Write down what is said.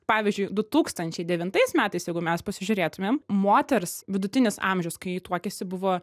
pavyzdžiui du tūkstančiai devintais metais jeigu mes pasižiūrėtumėm moters vidutinis amžius kai ji tuokiasi buvo